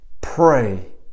Pray